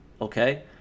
Okay